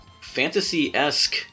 fantasy-esque